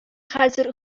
хәзер